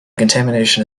contamination